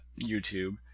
YouTube